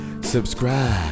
Subscribe